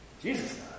Jesus